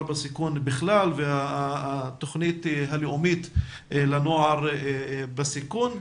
בסיכון בכלל והתכנית הלאומית לנוער בסיכון,